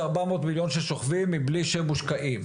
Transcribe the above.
זה ארבע מאות מיליון ששוכבים מבלי שהם מושקעים.